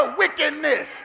wickedness